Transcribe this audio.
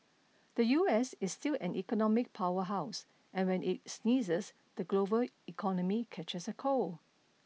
the U S is still an economic power house and when it sneezes the global economy catches a cold